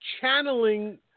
channeling